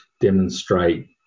demonstrate